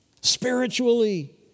spiritually